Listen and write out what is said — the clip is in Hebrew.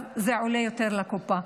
אז זה עולה יותר לקופה.